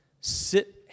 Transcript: sit